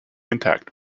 intact